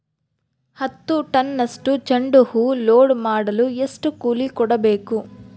ಹತ್ತು ಟನ್ನಷ್ಟು ಚೆಂಡುಹೂ ಲೋಡ್ ಮಾಡಲು ಎಷ್ಟು ಕೂಲಿ ಕೊಡಬೇಕು?